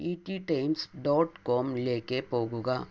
E T Times dot കോംമിലേക്ക് പോകുക